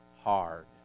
hard